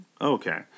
Okay